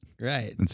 Right